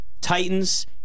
Titans